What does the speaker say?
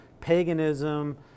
paganism